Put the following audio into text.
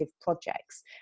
projects